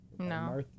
No